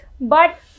but-